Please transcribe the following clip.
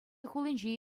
хулинче